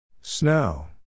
Snow